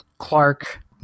Clark